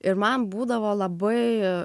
ir man būdavo labai